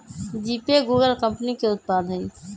GPay Google company के उत्पाद हइ